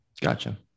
Gotcha